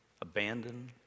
abandoned